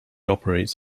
operates